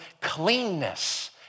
cleanness